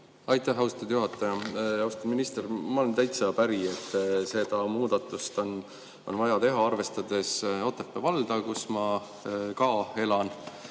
Aitäh, austatud juhataja! Austatud minister! Ma olen täitsa päri, et see muudatus on vaja teha, arvestades Otepää valda, kus ma elan